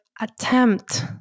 attempt